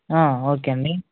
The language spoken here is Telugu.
ఓకే అండి